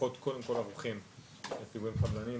הכוחות קודם כל ערוכים לפיגועים חבלניים,